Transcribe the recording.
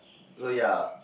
so ya